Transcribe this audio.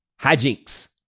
Hijinks